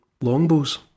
longbows